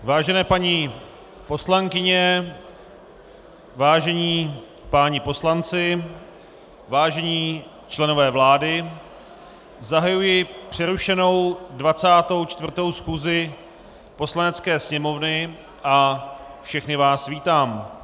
Vážené paní poslankyně, vážení páni poslanci, vážení členové vlády, zahajuji přerušenou 24. schůzi Poslanecké sněmovny a všechny vás vítám.